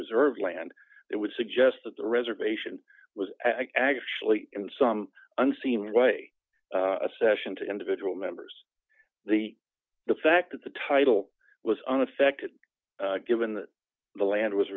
reserve land that would suggest that the reservation was actually in some unseen way a session to individual members the the fact that the title was unaffected given that the land was